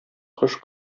кош